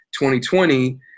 2020